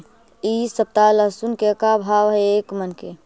इ सप्ताह लहसुन के का भाव है एक मन के?